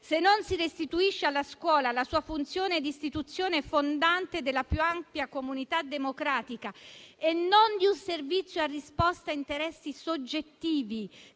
se non si restituisce alla scuola la sua funzione di istituzione fondante della più ampia comunità democratica e non di un servizio a risposta per interessi soggettivi.